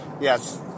yes